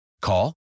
Call